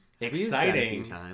exciting